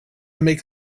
make